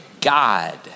God